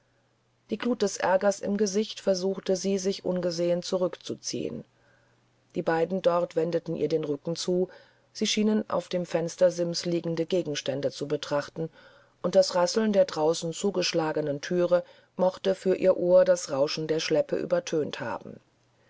die glut des aergers im gesicht versuchte sie sich ungesehen zurückzuziehen die beiden dort wendeten ihr den rücken zu sie schienen auf dem fenstersims liegende gegenstände zu betrachten und das rasseln der draußen zugeschlagenen thüre mochte für ihr ohr das rauschen der schleppe übertönt haben